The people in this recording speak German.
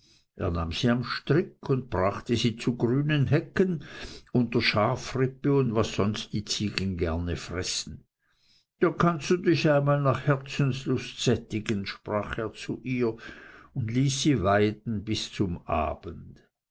am strick und brachte sie zu grünen hecken und unter schafrippe und was sonst die ziegen gerne fressen da kannst du dich einmal nach herzenslust sättigen sprach er zu ihr und ließ sie weiden bis zum abend